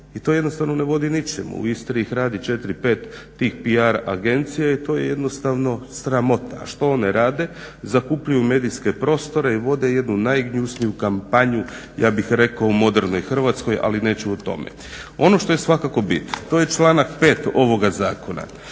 i to jednostavno ne vodi ničemu. U Istri ih radi 4, 5 tih PR agencija i to je jednostavno sramota. A što one rade? Zakupljuju medijske prostore i vode jednu najgnusniju kampanju ja bih rekao u modernoj Hrvatskoj ali neću o tome. Ono što je svakako bit to je članak 5.ovog zakona